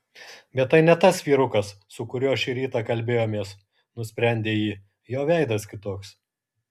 bet tai ne tas vyrukas su kuriuo šį rytą kalbėjomės nusprendė ji jo veidas kitoks